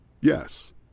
Yes